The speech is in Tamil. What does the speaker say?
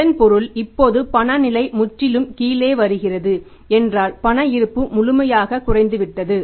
இதன் பொருள் இப்போது பண நிலை முற்றிலும் கீழே வைக்கிறது என்றால் பண இருப்பு முழுமையாக குறைந்துவிட்டது